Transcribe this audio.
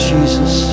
Jesus